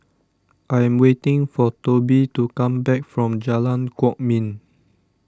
I am waiting for Tobe to come back from Jalan Kwok Min